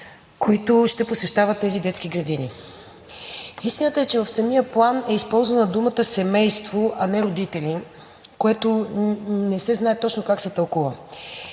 които ще посещават тези детски градини. Истината е, че в самия план е използвана думата „семейство“, а не „родители“, което не се знае точно как се тълкува.